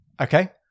Okay